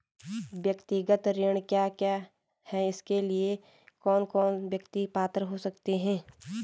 व्यक्तिगत ऋण क्या है इसके लिए कौन कौन व्यक्ति पात्र हो सकते हैं?